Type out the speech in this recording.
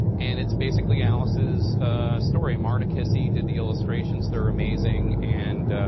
and it's basically alice's story. marta kissi did the illustrations. they're amazing. and,